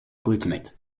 glutamate